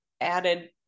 added